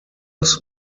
was